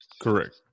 Correct